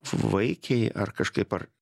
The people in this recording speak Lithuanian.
vaikiai ar kažkaip ar